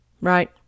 Right